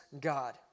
God